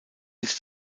bis